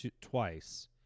twice